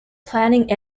planning